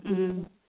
ꯎꯝ